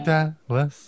Dallas